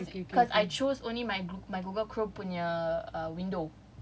ya cause cause I choose only my my Google chrome punya err window